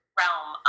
realm